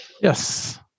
Yes